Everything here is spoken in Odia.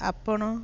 ଆପଣ